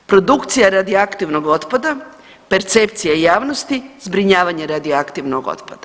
Produkcija radioaktivnog otpada, percepcija javnosti, zbrinjavanje radioaktivnog otpada.